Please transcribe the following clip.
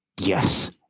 Yes